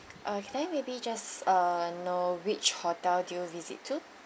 uh can I maybe just know which hotel did you visit to